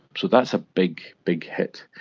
so that's a big, big hit.